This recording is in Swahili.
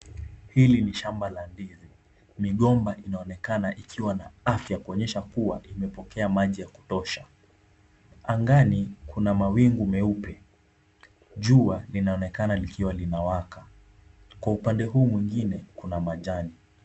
Hili ni shamba la ndizi. Migomba inaonekana ikiwa na afya kuonyesha kuwa imepokea maji ya kutosha. Angani kuna wawingu meupe. Jua linaonekana likiwa linawaka. Kwa upande huu mwingine kuna majani.